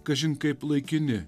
kažin kaip laikini